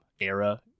era